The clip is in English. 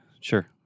sure